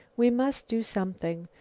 we must do something.